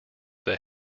that